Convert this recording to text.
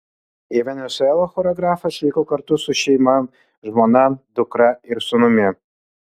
į venesuelą choreografas vyko kartu su šeima žmona dukra ir sūnumi